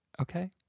okay